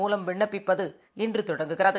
மூலம் விண்ணப்பிப்பது இன்றுதொடங்குகிறது